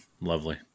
lovely